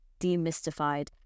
demystified